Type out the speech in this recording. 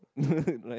right